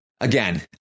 again